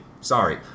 Sorry